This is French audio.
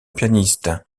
pianiste